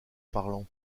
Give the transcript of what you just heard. parlant